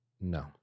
No